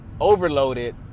overloaded